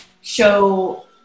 show